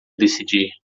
decidir